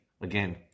again